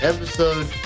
Episode